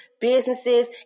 businesses